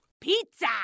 Pizza